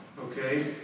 Okay